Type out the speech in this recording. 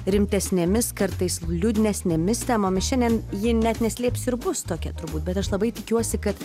rimtesnėmis kartais liūdnesnėmis temomis šiandien ji net neslėps ir bus tokia turbūt bet aš labai tikiuosi kad